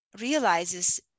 realizes